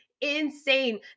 insane